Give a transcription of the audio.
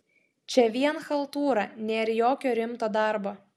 čia vien chaltūra nėr jokio rimto darbo